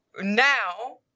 now